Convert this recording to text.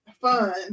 fun